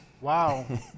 Wow